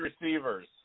receivers